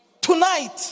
tonight